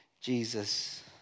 Jesus